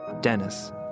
Dennis